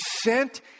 sent